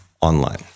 Online